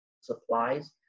supplies